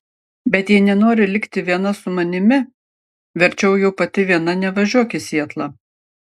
bet jei nenori likti viena su manimi verčiau jau pati viena nevažiuok į sietlą